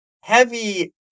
heavy